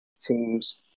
teams